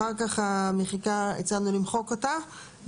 למעשה הצענו למחוק את המילים האלה